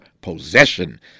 possession